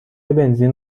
بنزین